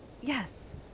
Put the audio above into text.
Yes